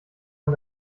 man